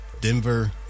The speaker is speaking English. Denver